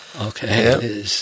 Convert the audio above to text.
Okay